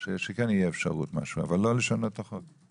שתהיה אפשרות אבל לא לשנות את החוק.